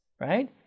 Right